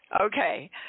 Okay